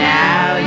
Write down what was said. now